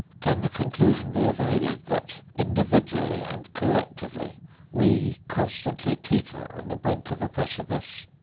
can the conclusion be evaded that individually and collectively we constantly teeter on the brink of a precipice?